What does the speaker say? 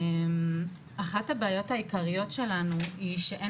אחת הבעיות העיקריות שלנו היא שאין